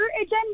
agenda